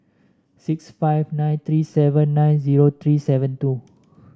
six five nine three seven nine zero three seven two